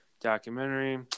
documentary